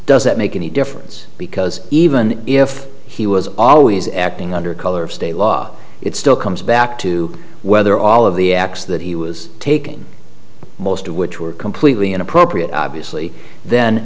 does that make any difference because even if he was always acting under color of state law it still comes back to whether all of the acts that he was taking most of which were completely inappropriate obviously then